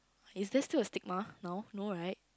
is there still a stigma now no right